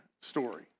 story